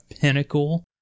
pinnacle